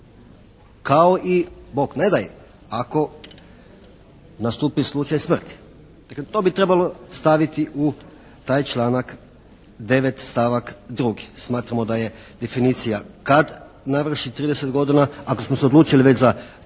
kao i Bog ne daj, ako nastupi slučaj smrti. Dakle to bi trebalo staviti u taj članak 9. stavak 2. Smatramo da je definicija kad navrši 30 godina, ako smo se odlučili već za